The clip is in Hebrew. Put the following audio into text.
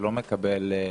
שלא מקבל,